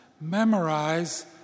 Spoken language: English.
memorize